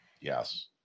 Yes